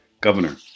Governor